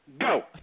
go